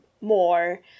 more